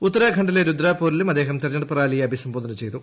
ഉത്തരാഖണ്ഡിലെ രുദ്ധ്പൂരിലും അദ്ദേഹം തെരഞ്ഞെടുപ്പ് റാലിയെ അഭിസംബോധന ചെയ്തു